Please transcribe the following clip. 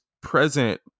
present